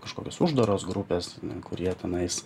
kažkokios uždaros grupės kurie tenais